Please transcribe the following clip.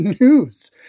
news